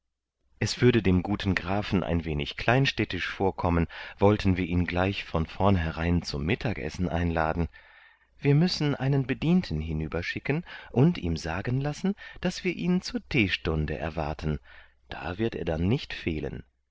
es würde dem guten grafen ein wenig kleinstädtisch vorkommen wollten wir ihn gleich von vornherein zum mittagessen einladen wir müssen einen bedienten hinüberschicken und ihm sagen lassen daß wir ihn zur teestunde erwarten da wird er dann nicht fehlen